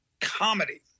comedy